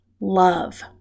love